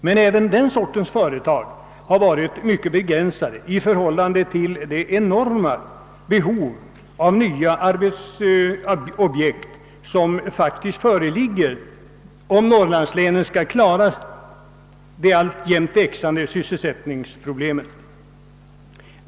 Men även antalet sådana företag har varit mycket begränsat och effekten mycket liten i förhållande till det enorma behov av nya arbetsobjekt som faktiskt föreligger och som måste tillgodoses om Norrlandslänen skall kunna klara de alltjämt växande sysselsättningsproblemen.